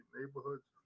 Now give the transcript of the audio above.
neighborhoods